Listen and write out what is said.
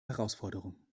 herausforderung